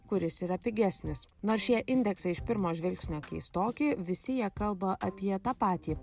kuris yra pigesnis nors šie indeksai iš pirmo žvilgsnio keistoki visi jie kalba apie tą patį